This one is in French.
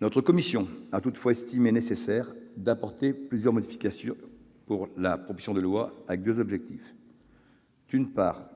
Notre commission a toutefois estimé nécessaire d'apporter plusieurs modifications à la proposition de loi, avec deux objectifs : d'une part,